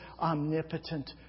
omnipotent